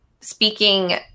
speaking